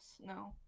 No